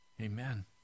Amen